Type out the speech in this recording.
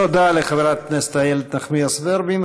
תודה לחברת הכנסת אילת נחמיאס ורבין.